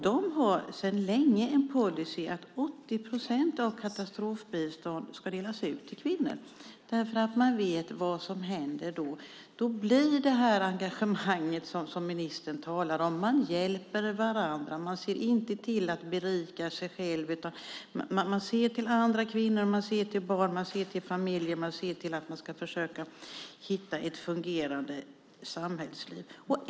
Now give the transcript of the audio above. De har sedan länge policyn att 80 procent av katastrofbistånd ska delas ut till kvinnor eftersom man vet vad som händer. Då blir det ett engagemang, som ministern talar om. Man hjälper varandra. Man ser inte till att berika sig själv, utan man ser till andra kvinnor, man ser till barn och man ser till familjer. Man ser till att försöka hitta ett fungerande samhällsliv.